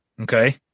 Okay